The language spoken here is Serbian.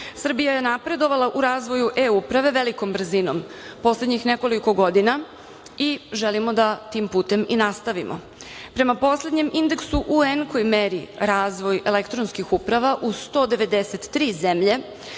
Srbija je napredovala u razvoju e-uprave velikom brzinom poslednjih nekoliko godina i želimo da tim putem i nastavimo. Prema poslednjem indeksu UN koji meri razvoj elektronskih uprava u 193 zemlje,